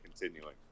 continuing